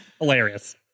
hilarious